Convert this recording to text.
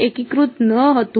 એકીકૃત ન હતું